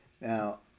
Now